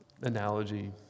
analogy